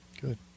good